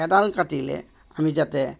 এডাল কাটিলে আমি যাতে